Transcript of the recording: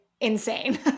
insane